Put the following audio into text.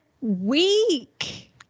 week